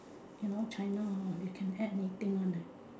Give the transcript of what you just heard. you know china hor they can add anything one eh